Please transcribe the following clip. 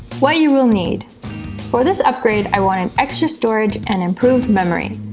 what you will need for this upgrade, i wanted extra storage and improved memory.